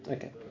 Okay